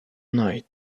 night